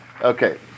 Okay